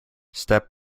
step